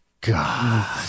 God